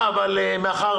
אבל מאחר